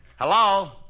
Hello